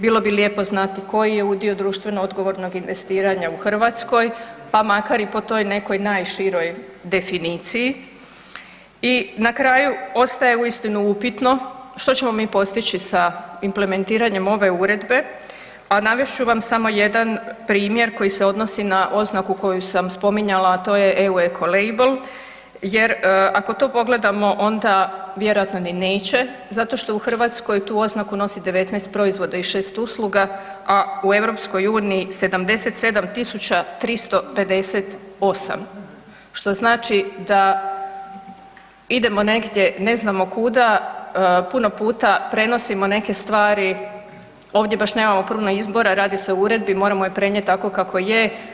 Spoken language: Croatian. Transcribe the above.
Bilo bi lijepo znati koji je udio društveno odgovornog investiranja u Hrvatskoj, pa makar i po toj nekoj najširoj definiciji i na kraju, ostaje uistinu upitno što ćemo mi postići sa implementiranjem ove uredbe, a navest ću vam samo jedan primjer koji se odnosi na oznaku koju sam spominjala, a to je EU Ecolabel jer ako to pogledamo, onda vjerojatno ni neće zato što u Hrvatskoj tu oznaku nosi 19 proizvoda i 6 usluga, u EU 77 358, što znači da idemo negdje, ne znamo kuda, puno puta prenosimo neke stvari, ovdje baš nemamo puno izbora, radi se o uredbi, moramo je prenijeti tako kako je.